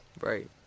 Right